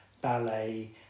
ballet